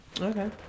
Okay